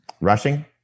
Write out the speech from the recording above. Rushing